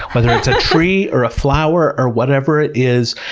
whether it's a tree, or a flower, or whatever it is,